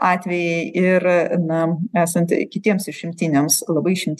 atvejai ir na esant kitiems išimtiniams labai išimt